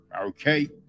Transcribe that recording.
Okay